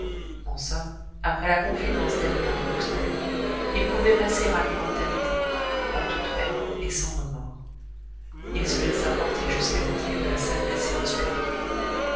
en somme après la confidence dernière de loustalot il pouvait passer à l'immortalité en toute paix et sans remords il se laissa porter jusqu'à l'entrée de la salle des séances publiques